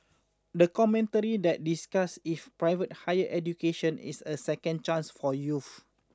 the commentary that discussed if private higher education is a second chance for youth